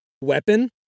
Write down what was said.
weapon